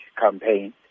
campaign